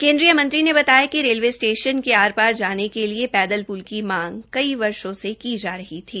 केंद्रीय मंत्री ने बताया कि रेलवे स्टेशन के आर पार जाने के लिए पैदल पुल की मांग कई वर्षों से की जा रही थी